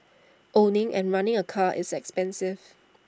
owning and running A car is expensive